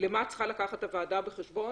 למה צריכה לקחת הוועדה בחשבון.